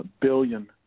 billion